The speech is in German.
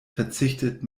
verzichtet